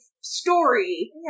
story